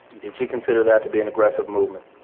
did you consider that to be an aggressive movement?